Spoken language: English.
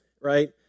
right